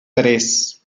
tres